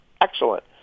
excellent